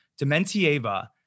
Dementieva